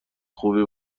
خوبی